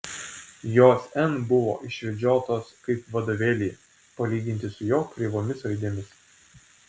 jos n buvo išvedžiotos kaip vadovėlyje palyginti su jo kreivomis raidėmis